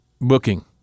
booking